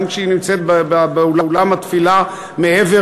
גם כשהיא נמצאת באולם התפילה מעבר